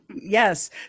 Yes